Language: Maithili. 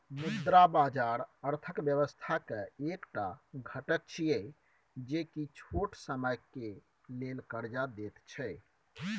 मुद्रा बाजार अर्थक व्यवस्था के एक टा घटक छिये जे की छोट समय के लेल कर्जा देत छै